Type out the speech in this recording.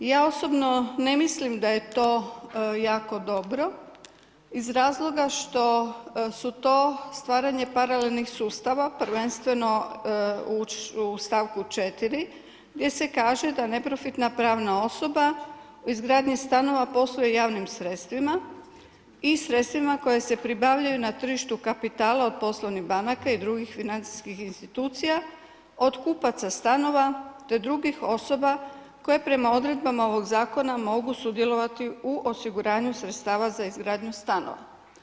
Ja osobno ne mislim da je to jako dobro iz razloga što su to stvaranje paralelnih sustava prvenstveno u stavku 4. gdje se kaže da neprofitna pravna osoba u izgradnji stanova posluje javnim sredstvima i sredstvima koja se pribavljaju na tržištu kapitala od poslovnih banaka i drugih financijskih institucija, od kupaca stanova do drugih osoba koje prema odredbama ovog zakona mogu sudjelovati u osiguranju sredstava za izgradnju stanova.